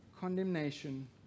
condemnation